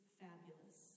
fabulous